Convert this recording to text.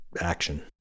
action